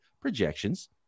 projections